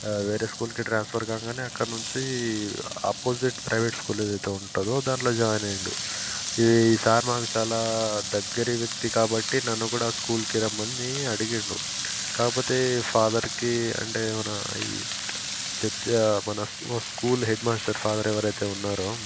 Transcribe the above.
వేరే స్కూల్కి ట్రాన్స్ఫర్ కాగానే అక్కడ నుంచి అపోజిట్ ప్రైవేట్ స్కూల్లో ఏదైతే ఉంటుందో దాంట్లో జాయిన్ అయ్యాడు ఈ సార్ మాకు చాలా దగ్గర వ్యక్తి కాబట్టి నన్ను కూడా ఆ స్కూల్కి రమ్మని అడిగాడు కాకపోతే ఫాదర్కి అంటే మన ఈ చర్చ్ మన స్కూల్ హెడ్మాస్టర్ ఫాదర్ ఎవరైతే ఉన్నారో